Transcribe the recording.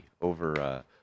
over